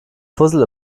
fussel